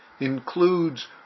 Includes